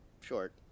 short